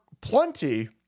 plenty